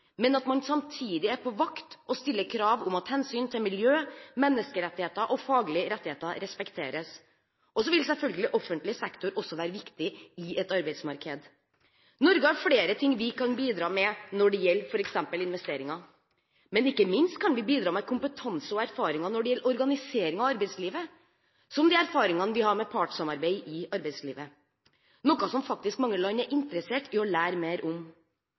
men man må samtidig være på vakt og stille krav om at hensyn til miljø, menneskerettigheter og faglige rettigheter respekteres. Offentlig sektor vil selvfølgelig også være viktig i et arbeidsmarked. Norge har flere ting vi kan bidra med når det gjelder f.eks. investeringer, men ikke minst kan vi bidra med kompetanse og erfaringer når det gjelder organisering av arbeidslivet, som de erfaringene vi har med partssamarbeid i arbeidslivet, noe mange land faktisk er interessert i å lære mer om.